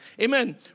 amen